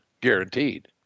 guaranteed